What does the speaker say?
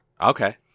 Okay